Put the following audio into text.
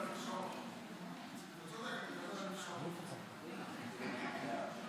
לנושא הבא על סדר-היום: